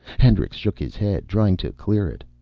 hendricks shook his head, trying to clear it.